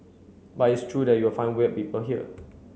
but it's true that you'll find weird people here